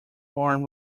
farm